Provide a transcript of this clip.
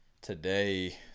today